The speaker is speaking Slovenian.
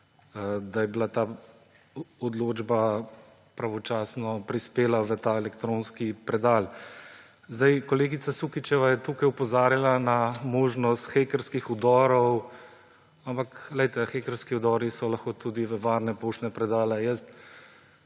da je ta odločba pravočasno prispela v ta elektronski predal. Kolegica Sukičeva je tukaj opozarjala na možnost hekerskih vdorov, ampak poglejte, hekerski vdori so lahko tudi v varne poštne predale. Jaz